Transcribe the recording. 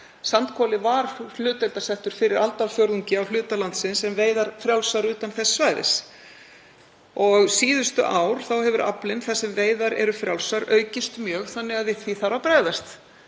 Sandkoli var hlutdeildarsettur fyrir aldarfjórðungi á hluta landsins en veiðar frjálsar utan þess svæðis. Síðustu ár hefur aflinn þar sem veiðar eru frjálsar aukist mjög þannig að við því þarf að bregðast.